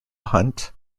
hunt